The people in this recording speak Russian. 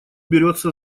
берется